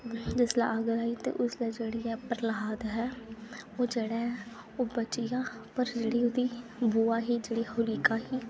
जिसलै अग्ग लाई तां उसलै जेह्ड़ी ऐ प्रह्लाद हा ओह् जेह्ड़ा ऐ ओह् बची आ पर जेह्ड़ी ओह्दी बुआ ही